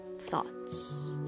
thoughts